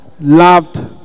loved